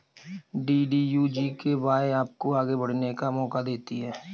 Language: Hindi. डी.डी.यू जी.के.वाए आपको आगे बढ़ने का मौका देती है